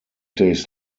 days